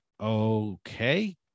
Okay